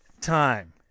time